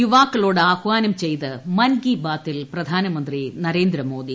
യുവാക്കളോട് ആഹ്വാനം ചെയ്ത് മൻകി ബാതിൽ പ്രധാനമന്ത്രി നരേന്ദ്രമോദി